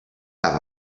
have